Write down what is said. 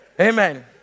Amen